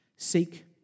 Seek